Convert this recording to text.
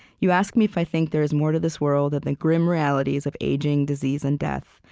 you ask me if i think there is more to this world than the grim realities of aging, disease, and death,